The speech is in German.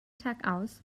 tagaus